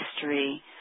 history